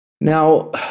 Now